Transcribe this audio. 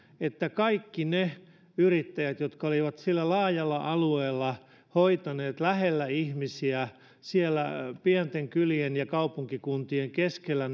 että kaikki ne yrittäjät jotka olivat sillä laajalla alueella hoitaneet näitä palveluja lähellä ihmisiä siellä pienten kylien ja kaupunkikuntien keskellä